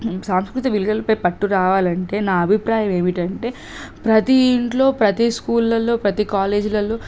సాంస్కృతిక విలువలపై పట్టు రావాలంటే నా అభిప్రాయం ఏమిటంటే ప్రతి ఇంట్లో ప్రతి స్కూళ్ళల్లో ప్రతి కాలేజీలల్లో